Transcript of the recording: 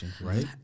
right